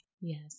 Yes